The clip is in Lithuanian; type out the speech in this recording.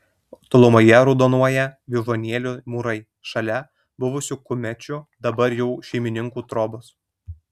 tolumoje raudonuoja vyžuonėlių mūrai šalia buvusių kumečių dabar jau šeimininkų trobos